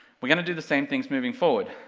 we're gonna do the same things moving forward,